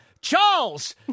Charles